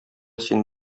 син